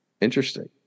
Interesting